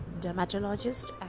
dermatologist